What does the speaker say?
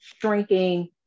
shrinking